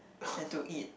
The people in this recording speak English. and to eat